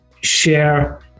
share